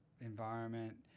environment